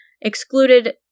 excluded